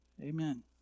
Amen